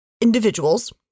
individuals